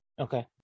Okay